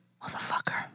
Motherfucker